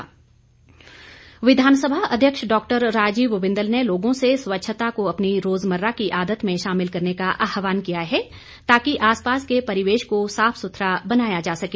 बिंदल विधानसभा अध्यक्ष डॉक्टर राजीव बिंदल ने लोगों से स्वच्छता को अपनी रोजमर्रा की आदत में शामिल करने का आहवान किया है ताकि आसपास के परिवेश को साफ सुथरा बनाया जा सके